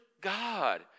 God